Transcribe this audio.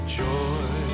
joy